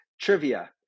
trivia